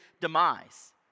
demise